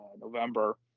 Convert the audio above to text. November